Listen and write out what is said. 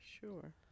Sure